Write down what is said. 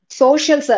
social